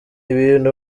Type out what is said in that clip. ibintu